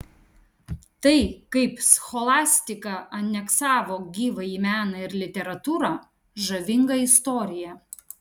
tai kaip scholastika aneksavo gyvąjį meną ir literatūrą žavinga istorija